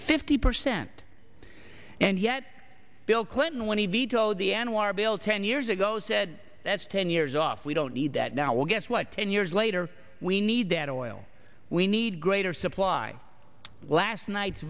fifty percent and yet bill clinton when he vetoed the anwar bill ten years ago said that's ten years off we don't need that now well guess what ten years later we need that oil we need greater supply last night's